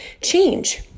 change